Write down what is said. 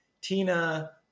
Tina